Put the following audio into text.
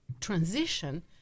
transition